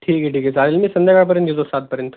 ठीक आहे ठीक आहे चालेल मी संध्याकाळपर्यंत येतो सातपर्यंत